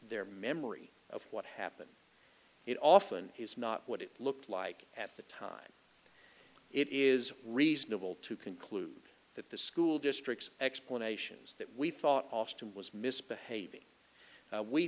their memory of what happened it often is not what it looked like at the time it is reasonable to conclude that the school districts explanations that we thought austin was misbehaving